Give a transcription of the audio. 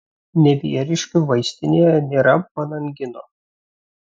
nevieriškių vaistinėje nėra panangino